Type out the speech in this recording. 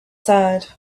side